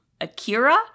Akira